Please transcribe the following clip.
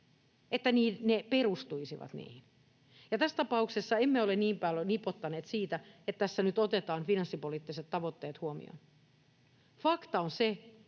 että ne perustuisivat niihin, ja tässä tapauksessa emme ole niin paljon nipottaneet siitä, että tässä nyt otetaan finanssipoliittiset tavoitteet huomioon. Fakta on se, että